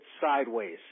sideways